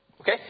okay